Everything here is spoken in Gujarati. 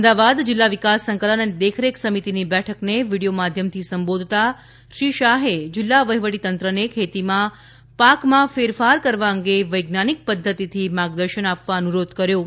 અમદાવાદ જિલ્લા વિકાસ સંકલન અને દેખરેખ સમિતીની બેઠકને વીડિયો માધ્યમથી સંબોધતા શ્રી શાહે જિલ્લા વહિવટીતંત્રને ખેતીમાં પાકમાં ફેરફાર કરવા અંગે વૈજ્ઞાનિક પદ્ધતિથી માર્ગદર્શન આપવા અનુરોધ કર્યો હતો